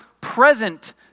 present